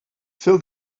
fill